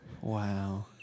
wow